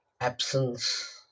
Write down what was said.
absence